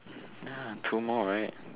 ya two more right